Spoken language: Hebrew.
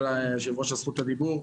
ליושב ראש על זכות הדיבור.